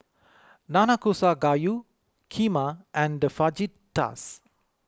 Nanakusa Gayu Kheema and Fajitas